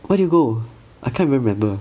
where did you go I can't even remember